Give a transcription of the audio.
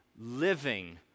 living